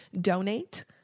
donate